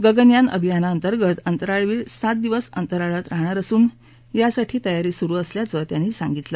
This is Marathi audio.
गगनयान अभियानाअंतर्गत अंतराळवीर सात दिवस अंतराळात राहणार असून यासाठीची तयारी सुरु असल्याचं ते म्हणाले